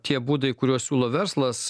tie būdai kuriuos siūlo verslas